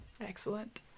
Excellent